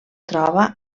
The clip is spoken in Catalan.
troba